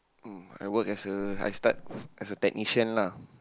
um I work as a I start as a technician lah